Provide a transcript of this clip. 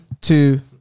two